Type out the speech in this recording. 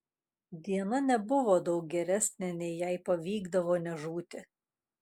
diena nebuvo daug geresnė nei jei pavykdavo nežūti